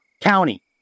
county